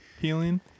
healing